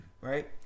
right